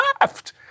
left